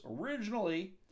originally